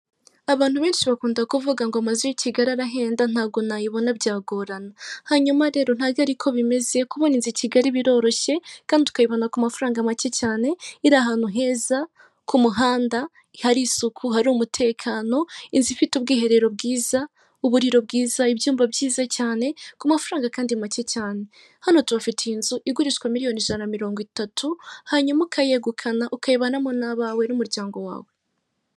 Abantu benshi bakunda kuvuga ngo amazu y'i Kigali arahenda ntago nayibona byagorana, hanyuma rero ntago ari ko bimeze kuboneza i Kigali biroroshye kandi ukayibona ku mafaranga make cyane, iri ahantu heza, ku muhanda hari isuku, hari umutekano, inzu ifite ubwiherero bwiza, uburiro bwiza, ibyumba byiza cyane, ku mafaranga kandi make cyane, hano tubafite iyi inzu igurishwa miliyoni ijana mirongo itatu, hanyuma ukayegukana ukayibanamo n'abawe n'umuryango wawe.